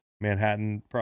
Manhattan